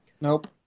Nope